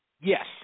Yes